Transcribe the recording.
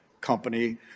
company